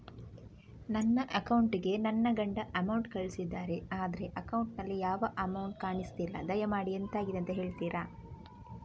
ನನ್ನ ಅಕೌಂಟ್ ಗೆ ನನ್ನ ಗಂಡ ಅಮೌಂಟ್ ಕಳ್ಸಿದ್ದಾರೆ ಆದ್ರೆ ಅಕೌಂಟ್ ನಲ್ಲಿ ಯಾವ ಅಮೌಂಟ್ ಕಾಣಿಸ್ತಿಲ್ಲ ದಯಮಾಡಿ ಎಂತಾಗಿದೆ ಅಂತ ಹೇಳ್ತೀರಾ?